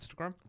Instagram